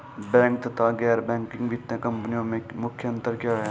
Bank तथा गैर banking वित्तीय कंपनियों में मुख्य अंतर क्या है?